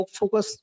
focus